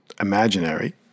imaginary